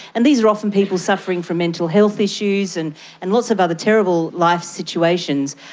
and these are often people suffering from mental health issues and and lots of other terrible life situations.